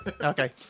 Okay